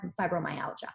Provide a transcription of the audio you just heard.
fibromyalgia